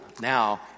now